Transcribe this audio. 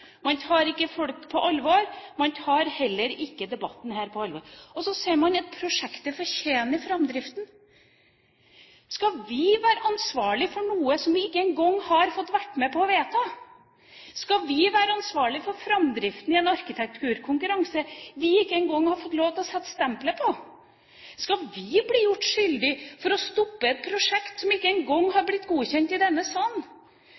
Man tar ikke folk på alvor. Man tar heller ikke debatten her på alvor. Og så sier man at prosjektet fortjener framdriften. Skal vi være ansvarlige for noe vi ikke engang har fått vært med på å vedta? Skal vi være ansvarlige for framdriften i en arkitekturkonkurranse vi ikke engang har fått lov til å sette stemplet på? Skal vi bli gjort skyldige for å stoppe et prosjekt som ikke engang har blitt godkjent i denne salen?